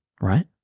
right